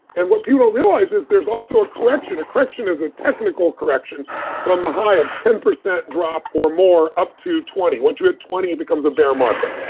and what people don't realize is there's also a correction. a correction is a technical correction from a high of ten percent drop or more up to twenty. once you hit twenty, it becomes a bear market.